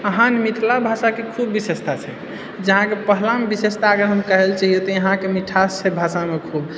अहाँकेँ मिथिला भाषाके खूब विशेषता छै जे अहाँकेँ पहला विशेषताके हम कहै लऽ चाहिऐ तऽ यहाँके भाषामे मिठास छै खूब